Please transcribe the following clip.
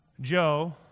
Joe